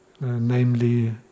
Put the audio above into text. namely